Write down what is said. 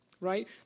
right